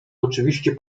oczywiście